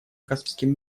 космическим